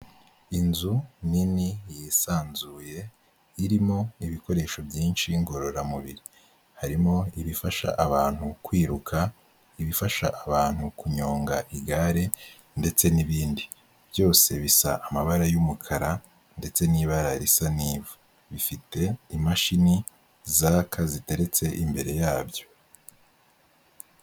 Inzu nini yisanzuye irimo ibikoresho byinshi ngororamubiri, harimo ibifasha abantu kwiruka, ibifasha abantu kunyonga igare ndetse n'ibindi, byose bisa amabara y'umukara ndetse n'ibara risa n'ivu, bifite imashini zaka ziteretse imbere yabyo.